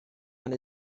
and